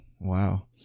wow